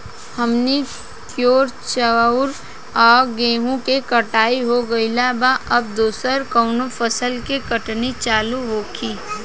हमनी कियोर चाउर आ गेहूँ के कटाई हो गइल बा अब दोसर कउनो फसल के कटनी चालू होखि